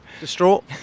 Distraught